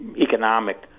economic